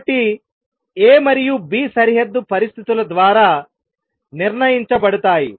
కాబట్టి A మరియు B సరిహద్దు పరిస్థితుల ద్వారా నిర్ణయించబడతాయి